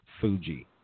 Fuji